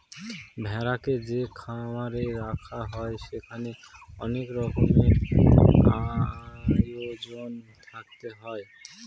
ভেড়াকে যে খামারে রাখা হয় সেখানে অনেক রকমের আয়োজন থাকতে হয়